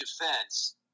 defense